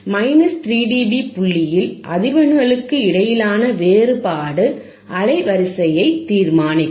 எனவே 3 டிபி புள்ளியில் அதிர்வெண்களுக்கு இடையிலான வேறுபாடு அலைவரிசையை தீர்மானிக்கும்